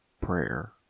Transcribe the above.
prayer